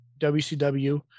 WCW